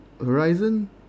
Horizon